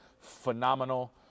phenomenal